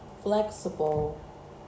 flexible